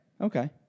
Okay